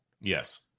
yes